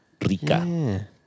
rica